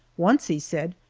once he said,